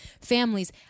families